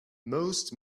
most